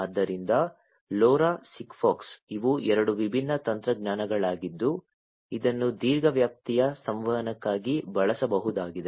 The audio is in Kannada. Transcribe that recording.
ಆದ್ದರಿಂದ LoRa SIGFOX ಇವು ಎರಡು ವಿಭಿನ್ನ ತಂತ್ರಜ್ಞಾನಗಳಾಗಿದ್ದು ಇದನ್ನು ದೀರ್ಘ ವ್ಯಾಪ್ತಿಯ ಸಂವಹನಕ್ಕಾಗಿ ಬಳಸಬಹುದಾಗಿದೆ